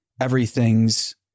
everything's